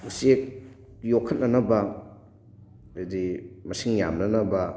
ꯎꯆꯦꯛ ꯌꯣꯈꯠꯅꯅꯕ ꯍꯥꯏꯕꯗꯤ ꯃꯁꯤꯡ ꯌꯥꯝꯅꯅꯕ